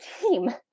team